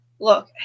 Look